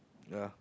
yeah